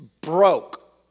broke